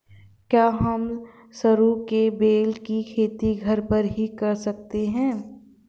क्या हम सरू के बेल की खेती घर पर ही कर सकते हैं?